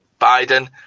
Biden –